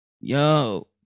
yo